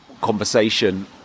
conversation